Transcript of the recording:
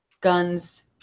Guns